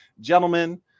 Gentlemen